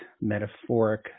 metaphoric